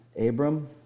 Abram